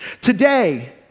Today